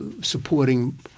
supporting